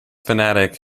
fanatic